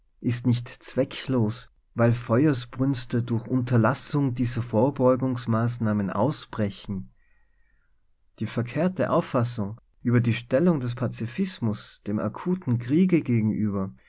ist nicht zwecklos weil feuersbrünste durch unterlassung dieser vorbeugungsmaßnahmen ausbrechen die verkehrte auffassung über die stellung des pazifismus dem akuten kriege gegenüber